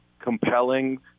compelling